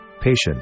Patience